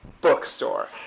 bookstore